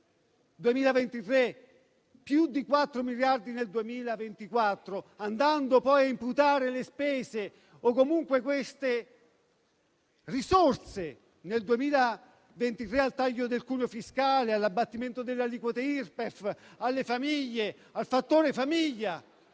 2023 e più di 4 nel 2024, imputando poi le spese o comunque queste risorse nel 2023 al taglio del cuneo fiscale, all'abbattimento delle aliquote Irpef, alle famiglie, al fattore famiglia